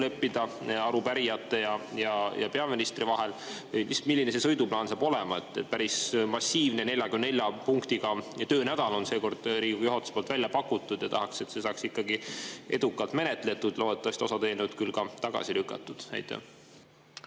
leppida arupärijate ja peaministri vahel? Milline see sõiduplaan saab olema? Päris massiivne 44 punktiga töönädal on seekord Riigikogu juhatuse poolt välja pakutud ja tahaks, et see saaks edukalt menetletud, loodetavasti osa eelnõusid ka tagasi lükatud. Aitäh,